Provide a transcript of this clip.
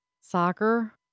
Soccer